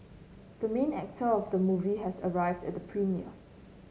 the main actor of the movie has arrived at the premiere